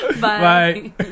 Bye